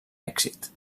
èxit